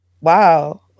Wow